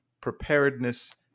preparedness